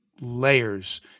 layers